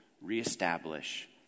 reestablish